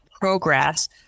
progress